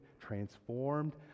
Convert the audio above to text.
transformed